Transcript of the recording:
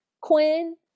Quinn